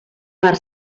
per